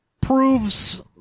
proves